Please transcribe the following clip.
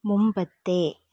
മുമ്പത്തെ